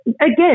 again